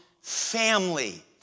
family